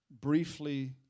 briefly